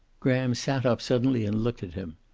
graham sat up suddenly and looked at him.